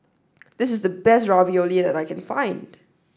this is the best Ravioli that I can find